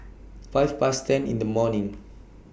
five Past ten in The morning